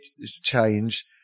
change